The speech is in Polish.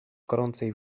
gorącej